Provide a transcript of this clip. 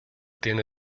tiene